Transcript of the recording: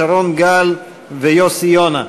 שרון גל ויוסי יונה.